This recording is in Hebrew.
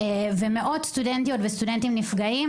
מאות סטודנטיות וסטודנטים נפגעים